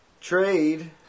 trade